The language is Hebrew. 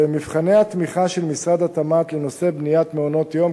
במבחני התמיכה של משרד התמ"ת לנושא בניית מעונות יום,